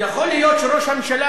יכול להיות שראש הממשלה,